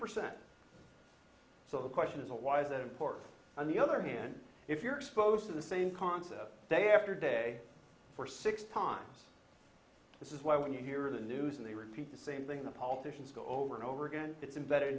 percent so the question isn't why is that important on the other hand if you're supposed to the same concept day after day for six times this is why when you hear the news and they repeat the same thing the politicians go over and over again it's embedded